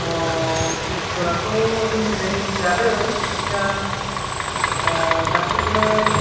औ फिसफोराथ' जोंनिजों एखेयानो बिसिना गासिबो